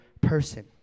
person